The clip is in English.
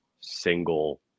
single